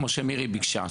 כפי שביקשה מירי.